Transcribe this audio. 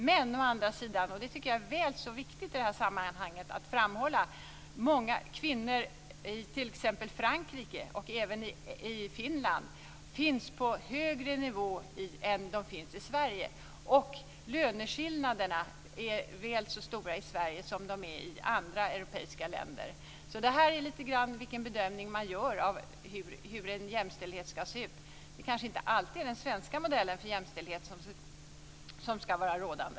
Men å andra sidan - och det tycker jag är väl så viktigt att framhålla i det här sammanhanget - finns många kvinnor i t.ex. Frankrike och Finland på högre nivå än i Sverige. Löneskillnaderna är väl så stora i Sverige som i andra europeiska länder. Det beror lite grann på vilken bedömning man gör av hur en jämställdhet ska se ut. Det kanske inte alltid är den svenska modellen för jämställdhet som ska vara rådande.